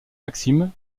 maxime